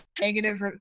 negative